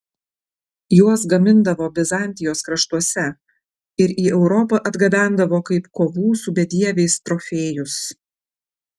juos gamindavo bizantijos kraštuose ir į europą atgabendavo kaip kovų su bedieviais trofėjus